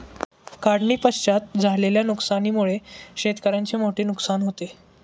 काढणीपश्चात झालेल्या नुकसानीमुळे शेतकऱ्याचे मोठे नुकसान होते